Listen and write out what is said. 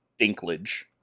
Dinklage